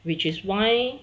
which is why